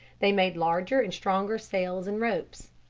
they made larger and stronger sails and ropes.